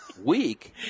week